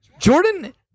Jordan